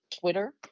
Twitter